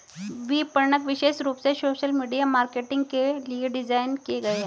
विपणक विशेष रूप से सोशल मीडिया मार्केटिंग के लिए डिज़ाइन किए गए है